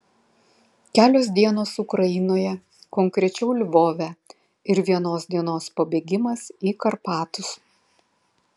kelios dienos ukrainoje konkrečiau lvove ir vienos dienos pabėgimas į karpatus